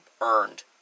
earned